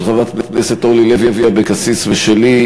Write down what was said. של חברת הכנסת אורלי לוי אבקסיס ושלי,